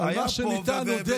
על מה שניתן הודיתי פה.